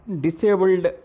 disabled